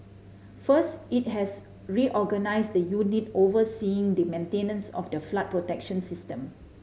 first it has reorganised the unit overseeing the maintenance of the flood protection system